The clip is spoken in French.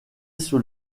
sous